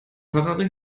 ferrari